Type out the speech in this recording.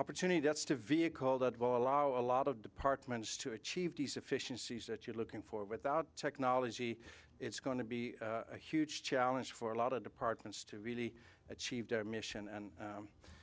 opportunity that's to vehicle that will allow a lot of departments to achieve these efficiencies that you're looking for without technology it's going to be a huge challenge for a lot of departments to really achieve their mission and